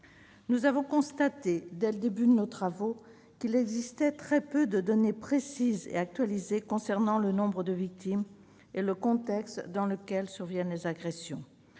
Nous avons constaté, dès le début de nos travaux, qu'il existait peu de données précises et actualisées concernant le nombre de victimes et le contexte dans lequel surviennent les agressions.